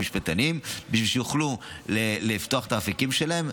משפטנים בשביל שיוכלו לפתוח את האפיקים שלהם,